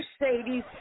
Mercedes